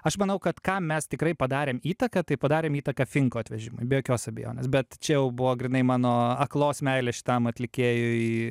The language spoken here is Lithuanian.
aš manau kad kam mes tikrai padarėm įtaką tai padarėm įtaką finko atvežimui be jokios abejonės bet čia jau buvo grynai mano aklos meilės šitam atlikėjui